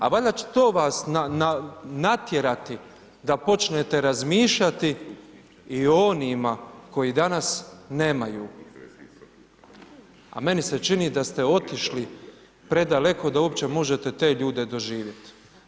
A valjda će to vas natjerati da počnete razmišljati i o onima koji danas nemaju a meni se čini da ste otišli predaleko da uopće možete te ljude doživjeti.